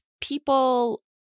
people